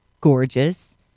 gorgeous